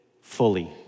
fully